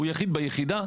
הוא יחיד ביחידה.